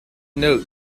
note